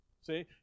See